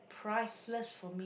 priceless for me